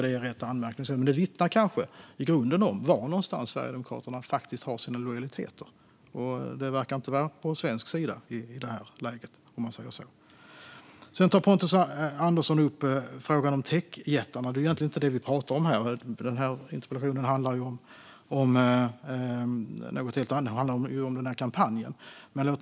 Det är anmärkningsvärt. Men detta vittnar kanske i grunden om var någonstans Sverigedemokraterna faktiskt har sina lojaliteter. Det verkar inte vara på svensk sida i det här läget. Sedan tar Pontus Andersson upp frågan om techjättarna. Det är egentligen inte vad vi pratar om här. Den här interpellationen handlar om något helt annat, det vill säga denna kampanj.